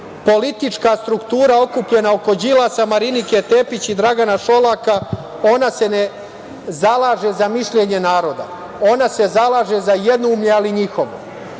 politička struktura okupljena oko Đilasa, Marinike Tepić i Dragana Šolaka, ona se ne zalaže za mišljenje naroda. Ona se zalaže za jednoumlje, ali njihovo. Oni